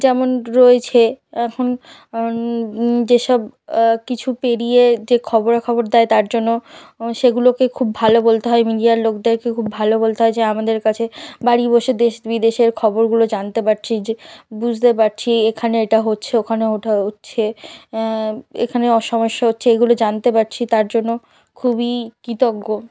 যেমন রয়েছে এখন যেসব কিছু পেরিয়ে যে খবরাখবর দেয় তার জন্য সেগুলোকে খুব ভালো বলতে হয় মিডিয়ার লোকদেরকে খুব ভালো বলতে হয় যে আমাদের কাছে বাড়ি বসে দেশ বিদেশের খবরগুলো জানতে পারছি বুঝতে পারছি এখানে এটা হচ্ছে ওখানে ওটা হচ্ছে এখানে সমস্যা হচ্ছে এগুলো জানতে পারছি তার জন্য খুবই কৃতজ্ঞ